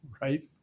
right